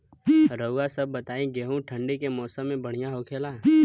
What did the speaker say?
रउआ सभ बताई गेहूँ ठंडी के मौसम में बढ़ियां होखेला?